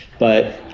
but